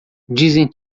dizem